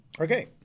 Okay